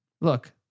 Look